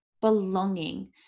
belonging